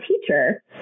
teacher